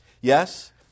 Yes